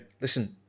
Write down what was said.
listen